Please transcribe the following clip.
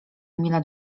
emila